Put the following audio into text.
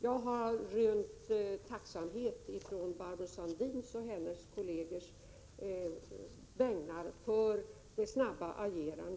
Jag har rönt tacksamhet från Barbro Sandin och hennes kolleger för vårt snabba agerande.